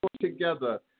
together